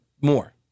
more